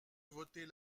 voter